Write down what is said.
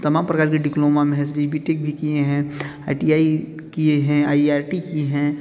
तमाम प्रकार के डिप्लोमा में हेच डी बी टी के भी किए हैं आई टी आई किए हैं आई आर टी किए हैं